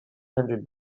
hundred